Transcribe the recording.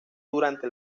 durante